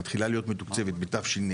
היא מתחילה להיות מתוקצבת בתשפ"ד,